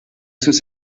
sus